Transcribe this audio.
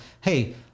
hey